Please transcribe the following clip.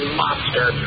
monster